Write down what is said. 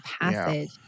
passage